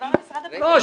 לא,